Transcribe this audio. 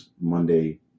Monday